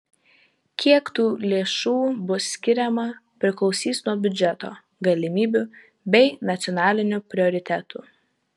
kiek tų lėšų bus skiriama priklausys nuo biudžeto galimybių bei nacionalinių prioritetų